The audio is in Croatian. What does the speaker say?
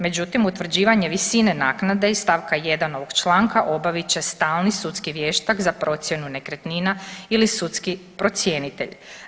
Međutim, utvrđivanje visine naknade iz st. 1. ovog članka obavit će stalni sudski vještak za procjenu nekretnina ili sudski procjenitelj.